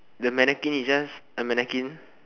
the mannequin is just a mannequin